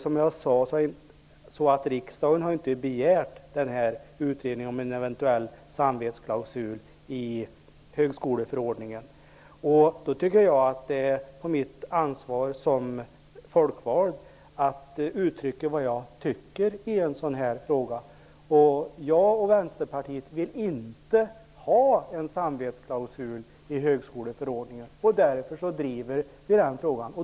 Som jag sade har riksdagen inte begärt utredningen om en eventuell samvetsklausul i högskoleförordningen. Då tycker jag att det är på mitt ansvar som folkvald att uttrycka vad jag tycker i frågan. Jag och Vänsterpartiet vill inte ha en samvetsklausul i högskoleförordningen -- det är en fråga som vi driver.